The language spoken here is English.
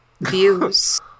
views